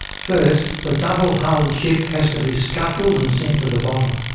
first the double hulled ship has to be scuttled and sent to the bottom.